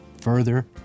further